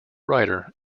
writer